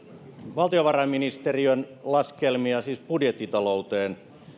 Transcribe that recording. valtiovarainministeriön laskelmia siis budjettitalouteen